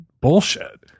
bullshit